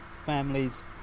families